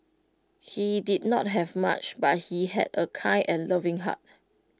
he did not have much but he had A kind and loving heart